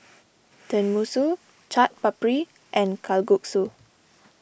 Tenmusu Chaat Papri and Kalguksu